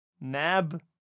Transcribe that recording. Nab